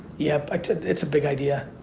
yep it's a big idea.